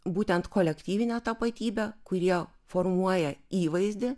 būtent kolektyvinę tapatybę kurie formuoja įvaizdį